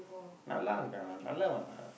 நல்லா இருக்கான்:nallaa irukkaan lah நல்லவன்:nallavan lah